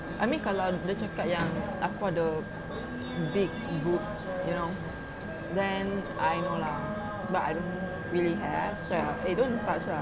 I mean kalau dia cakap yang aku ada big boobs you know then I know lah but I don't really have sia eh don't touch lah